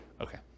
Okay